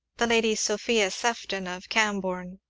the lady sophia sefton, of cambourne,